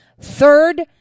Third